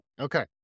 Okay